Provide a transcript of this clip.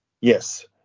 Yes